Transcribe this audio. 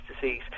disease